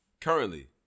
currently